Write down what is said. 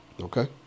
Okay